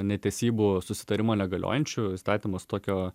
netesybų susitarimo negaliojančiu įstatymas tokio